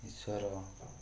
ଈଶ୍ୱର